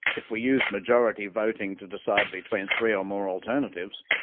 if we use majority voting to decide between three or more alternatives,